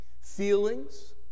Feelings